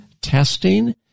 testing